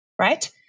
Right